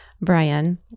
Brian